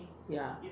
ya